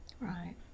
Right